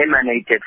emanated